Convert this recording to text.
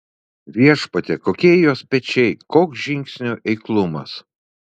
viešpatie kokie jos pečiai koks žingsnių eiklumas